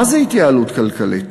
מה זה התייעלות כלכלית?